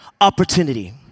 opportunity